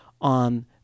on